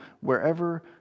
wherever